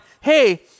hey